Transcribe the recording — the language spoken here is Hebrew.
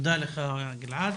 אוקיי, תודה לך, גלעד.